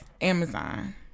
Amazon